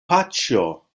paĉjo